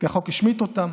כי החוק השמיט אותם.